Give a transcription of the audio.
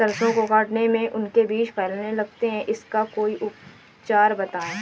सरसो को काटने में उनके बीज फैलने लगते हैं इसका कोई उपचार बताएं?